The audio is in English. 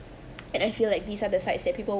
and I feel like these are other sides that people